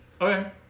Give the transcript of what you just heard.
Okay